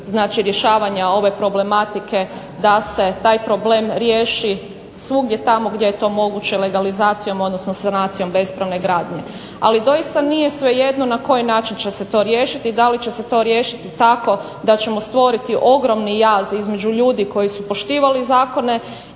znači rješavanja ove problematike da se taj problem riješi svugdje tamo gdje je to moguće legalizacijom odnosno sanacijom bespravne gradnje. Ali doista nije svejedno na koji način će se to riješiti, da li će se to riješiti tako da ćemo stvoriti ogromni jaz između ljudi koji su poštivali zakone